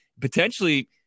potentially